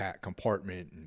compartment